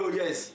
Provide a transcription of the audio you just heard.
yes